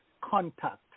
Contact